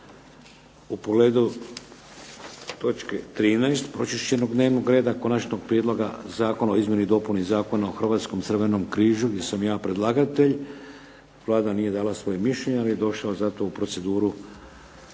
U pogledu točke 13. Pročišćenog dnevnog reda, Konačnog prijedloga zakona o izmjeni dopuni Zakona o Hrvatskom crvenom križu gdje sam ja predlagatelj, Vlada nije dala svoje mišljenje, ali je došao zato u proceduru